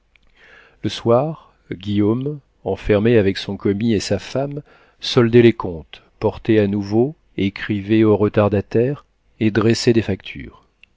le soir guillaume enfermé avec son commis et sa femme soldait les comptes portait à nouveau écrivait aux retardataires et dressait des factures